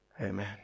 Amen